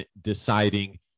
deciding